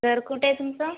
घर कुठे आहे तुमचं